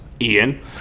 Ian